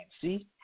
See